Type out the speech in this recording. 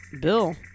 Bill